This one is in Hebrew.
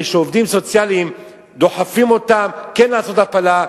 כי עובדים סוציאליים דוחפים אותם כן לעשות הפלה,